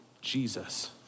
Jesus